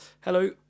Hello